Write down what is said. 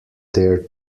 there